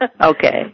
Okay